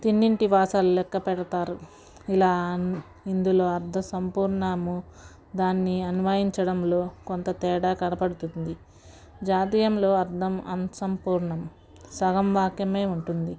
తిన్నింటి వాసాలు లెక్క పెడతారు ఇలా ఇందులో అర్థ సంపూర్ణము దాన్ని అన్వయంచడంలో కొంత తేడా కనపడుతుంది జాతీయంలో అర్థం అసంపూర్ణం సగం వాక్యమే ఉంటుంది